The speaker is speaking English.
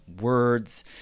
words